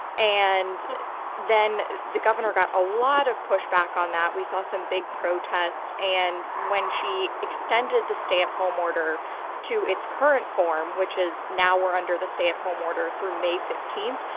and then the governor got a lot of pushback on that. we saw some big protests and when she extended the stay-at-home order to its current form, which is now we're under the stay-at-home through may fifteen,